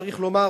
צריך לומר,